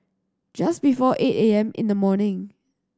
just before eight A M in the morning